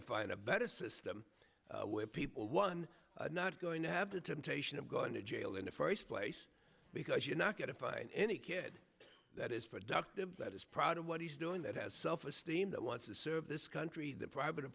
to find a better system where people one not going to have the temptation of going to jail in the first place because you're not going to find any kid that is productive that is proud of what he's doing that has self esteem that wants to serve this country the private